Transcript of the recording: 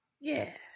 Yes